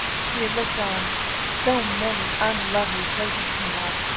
she had looked on so many unlovely places in her life,